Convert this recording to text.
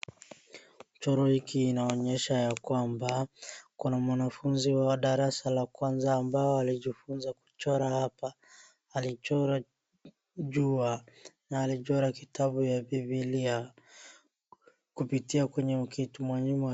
Mchoro hiki inaonyesha ya kwamba kuna mwanafunzi wa darasa la kwanza ambaye alijifunza kuchora hapa . Alichora jua na amechora kitabu ya Bibilia kupitia kwenye kitu nyuma .